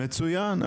מצוין,